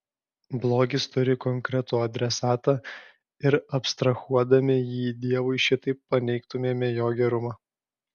blogis turi konkretų adresatą ir abstrahuodami jį dievui šitaip paneigtumėme jo gerumą